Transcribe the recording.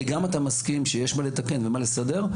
גם אתה מסכים שיש מה לתקן ומה לסדר,